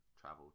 travel